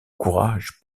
courage